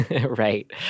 Right